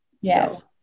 Yes